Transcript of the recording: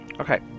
Okay